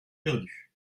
perdu